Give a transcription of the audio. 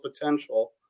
potential